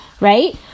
right